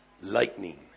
lightning